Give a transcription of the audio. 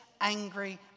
angry